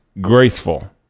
graceful